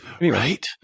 right